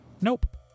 Nope